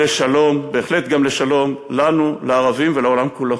לשלום, בהחלט גם לשלום, לנו, לערבים ולעולם כולו.